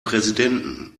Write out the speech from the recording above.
präsidenten